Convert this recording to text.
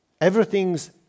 everything's